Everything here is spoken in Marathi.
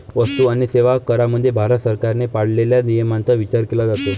वस्तू आणि सेवा करामध्ये भारत सरकारने पाळलेल्या नियमांचा विचार केला जातो